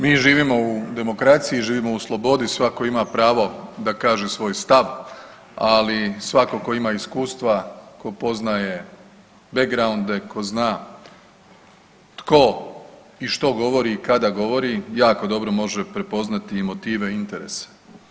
Mi živimo u demokraciji, živimo u slobodi svako ima pravo da kaže svoj stav, ali svako ko ima iskustva ko poznaje backgrounde, tko zna tko i što govori i kada govori jako dobro može prepoznati i motive i interese.